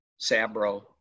sabro